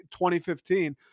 2015